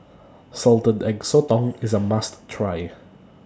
Salted Egg Sotong IS A must Try